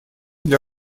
для